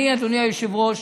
אדוני היושב-ראש,